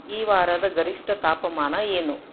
ಈ ವಾರದ ಗರಿಷ್ಠ ತಾಪಮಾನ ಏನು